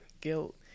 guilt